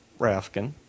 Rafkin